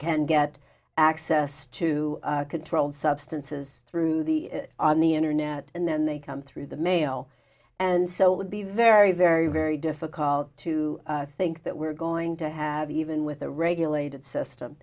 can get access to controlled substances through the on the internet and then they come through the mail and so would be very very very difficult to think that we're going to have even with the regulated system